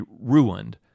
ruined